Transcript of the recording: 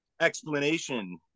explanation